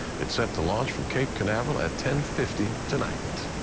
it's set to launch from cape canaveral at ten fifty tonight.